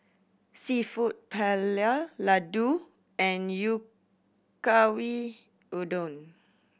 Seafood Paella Ladoo and Udon